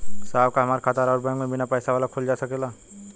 साहब का हमार खाता राऊर बैंक में बीना पैसा वाला खुल जा सकेला?